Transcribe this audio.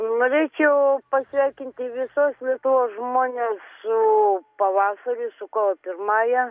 norėčiau pasveikinti visus lietuvos žmones su pavasariu su kovo pirmąja